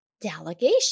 delegation